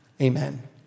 amen